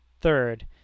Third